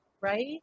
right